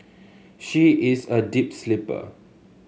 she is a deep sleeper